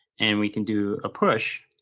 and we can do a push.